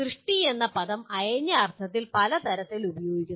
സൃഷ്ടി എന്ന പദം അയഞ്ഞ അർത്ഥത്തിൽ പല തരത്തിൽ ഉപയോഗിക്കുന്നു